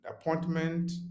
appointment